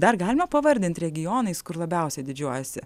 dar galima pavardint regionais kur labiausiai didžiuojasi